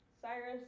Cyrus